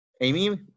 Amy